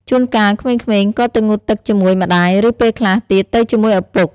ជួនកាល ក្មេងៗក៏ទៅងូតទឹកជាមួយម្ដាយ ឬ ពេលខ្លះទៀតទៅជាមួយឪពុក។